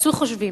ותעשו חושבים.